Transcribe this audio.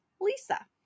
Lisa